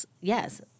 Yes